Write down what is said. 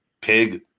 pig